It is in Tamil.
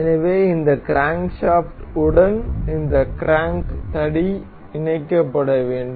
எனவே இந்த கிரான்க்ஷாப்ட் உடன் இந்த கிராங்க் தடி இணைக்கப்பட வேண்டும்